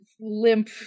limp